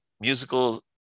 musical